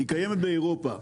היא קיימת באירופה.